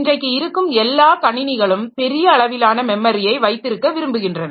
இன்றைக்கு இருக்கும் எல்லா கணினிகளும் பெரிய அளவிலான மெமரியை வைத்திருக்க விரும்புகின்றன